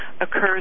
occurs